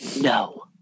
No